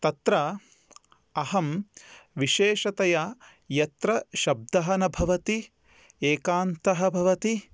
तत्र अहं विशेषतया यत्र शब्दः न भवति एकान्तः भवति